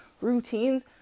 routines